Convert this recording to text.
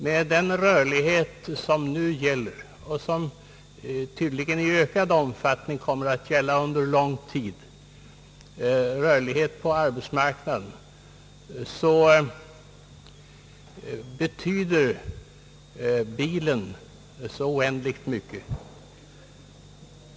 Med den nuvarande rörligheten på arbetsmarknaden, som tydligen i ökad omfattning kommer att gälla under lång tid, betyder bilen så oändligt mycket.